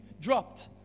dropped